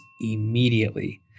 immediately